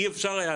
אי אפשר היה,